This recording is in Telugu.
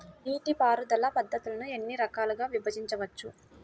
నీటిపారుదల పద్ధతులను ఎన్ని రకాలుగా విభజించవచ్చు?